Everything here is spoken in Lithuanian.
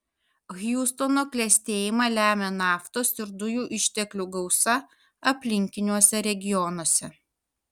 hjustono klestėjimą lemia naftos ir dujų išteklių gausa aplinkiniuose regionuose